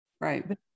right